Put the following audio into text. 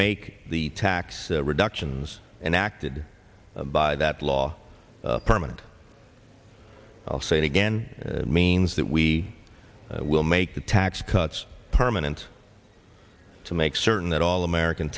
make the tax reductions and acted by that law permanent i'll say it again means that we will make the tax cuts permanent to make certain that all american